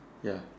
ya